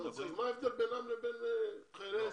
מה ההבדל בינם לבין חיילי ההסדר?